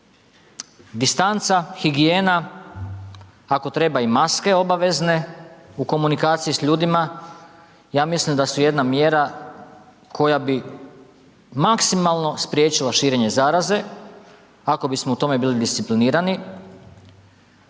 Distanca, higijena, ako treba i maske obavezne u komunikaciji s ljudima, ja mislim da su jedna mjera koja bi maksimalno spriječila širenje zaraze ako bismo u tome bili disciplinirani.